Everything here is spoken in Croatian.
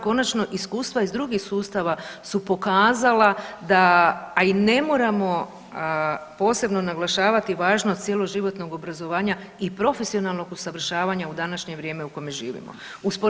Konačno iskustva iz drugih sustava su pokazala, a i ne moramo posebno naglašavati važnost cjeloživotnog obrazovanja i profesionalnog usavršavanja u današnje vrijeme u kome živimo.